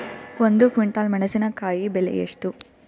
ಒಂದು ಕ್ವಿಂಟಾಲ್ ಮೆಣಸಿನಕಾಯಿ ಬೆಲೆ ಎಷ್ಟು?